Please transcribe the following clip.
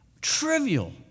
trivial